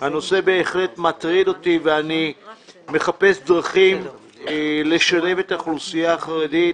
הנושא בהחלט מטריד אותי ואני מחפש דרכים לשלב את האוכלוסייה החרדית